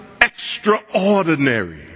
extraordinary